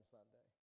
Sunday